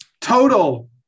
Total